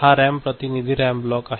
हा रॅम प्रतिनिधी RAM block आहे